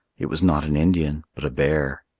it was not an indian, but a bear.